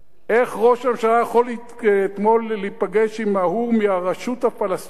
איך ראש הממשלה יכול אתמול להיפגש עם ההוא מהרשות הפלסטינית,